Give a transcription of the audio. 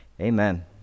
Amen